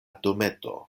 dometo